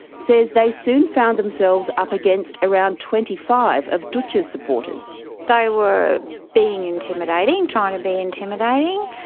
says they soon found themselves up against around twenty five of dootch's supporterssue they were being intimidating, trying to be intimidating,